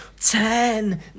Ten